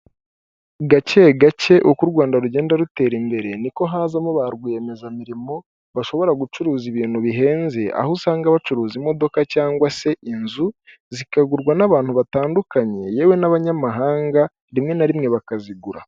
Gake gake uko u Rwanda rugenda rutera imbere, niko hazamo ba rwiyemezamirimo bashobora gucuruza ibintu bihenze, aho usanga bacuruza imodoka cyangwa se inzu, zikagurwa n'abantu batandukanye yewe n'abanyamahanga rimwe na rimwe bakazigura.